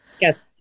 Yes